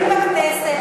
בכנסת.